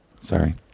Sorry